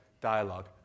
dialogue